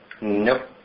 Nope